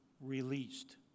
released